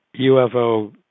UFO